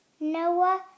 Noah